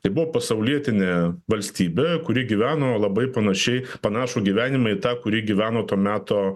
tai buvo pasaulietinė valstybė kuri gyveno labai panašiai panašų gyvenimą į tą kurį gyveno to meto